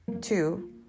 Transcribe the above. Two